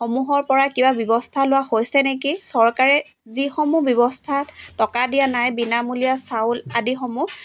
সমূহৰ পৰা কিবা ব্যৱস্থা লোৱা হৈছে নেকি চৰকাৰে যিসমূহ ব্যৱস্থাত টকা দিয়া নাই বিনামূলীয়া চাউল আদিসমূহ